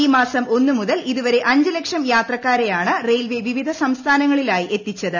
ഈ മാസം ഒന്ന് മുതൽ ഇതുവരെ അഞ്ച് ലക്ഷം യാത്രക്കാരെയാണ് റെയിൽവേ വിവിധ സംസ്ഥാനങ്ങളിലായി എത്തിച്ചത്